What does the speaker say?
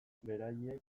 beraiek